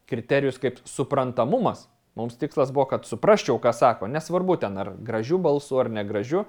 kriterijus kaip suprantamumas mums tikslas buvo kad suprasčiau ką sako nesvarbu ten ar gražiu balsu ar negražiu